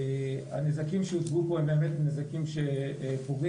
הנזקים שהוצגו פה הם באמת נזקים שפוגעים